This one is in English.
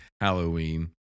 Halloween